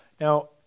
Now